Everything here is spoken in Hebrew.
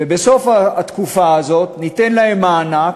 ובסוף התקופה הזו ניתן להם מענק.